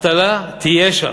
אבטלה תהיה שם,